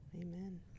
Amen